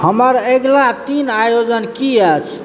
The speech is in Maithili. हमर अगिला तीन आयोजन की अछि